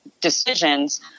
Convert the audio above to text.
decisions